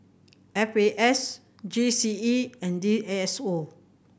F A S G C E and D S O